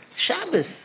Shabbos